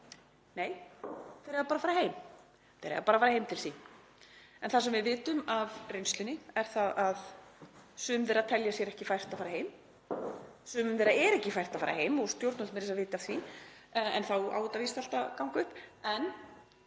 Nei, þeir eiga bara að fara heim. Þeir eiga bara að fara heim til sín. En það sem við vitum af reynslunni er að sum þeirra telja sér ekki fært að fara heim. Sumum þeirra er ekki fært að fara heim og stjórnvöld vita meira að segja af því. En þá á þetta víst allt að ganga upp.